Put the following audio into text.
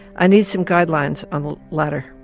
i need some guidelines on the latter,